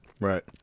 right